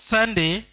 Sunday